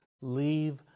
Leave